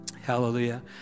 Hallelujah